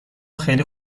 خیلی